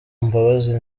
mbabazi